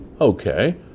Okay